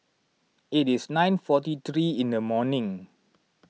it is nine forty three in the morning